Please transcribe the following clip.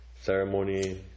ceremony